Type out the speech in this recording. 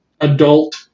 adult